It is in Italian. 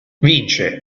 vince